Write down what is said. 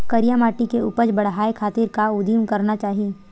करिया माटी के उपज बढ़ाये खातिर का उदिम करना चाही?